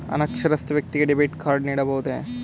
ಅನಕ್ಷರಸ್ಥ ವ್ಯಕ್ತಿಗೆ debit card ನೀಡಬಹುದೇ?